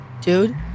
Dude